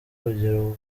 urugero